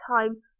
time